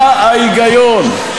מה ההיגיון?